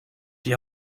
die